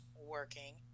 working